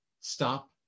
Stop